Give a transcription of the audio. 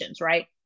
right